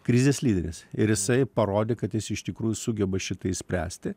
krizės lyderis ir jisai parodė kad jis iš tikrųjų sugeba šitą išspręsti